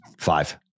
Five